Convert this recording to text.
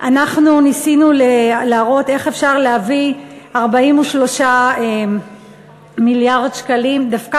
אנחנו ניסינו להראות איך אפשר להביא 43 מיליארד שקלים דווקא